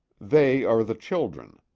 they are the children.